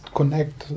connect